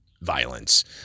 violence